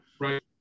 Right